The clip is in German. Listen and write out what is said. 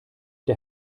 der